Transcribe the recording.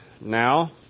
now